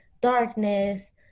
darkness